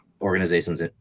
organization's